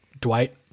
Dwight